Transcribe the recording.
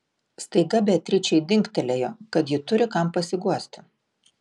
staiga beatričei dingtelėjo kad ji turi kam pasiguosti